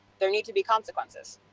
there need to be consequences.